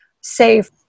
safe